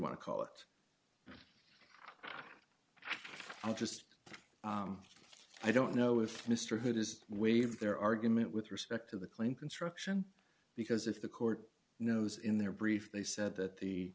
want to call it i just i don't know if mr hood has waived their argument with respect to the claim construction because if the court knows in their brief they said that the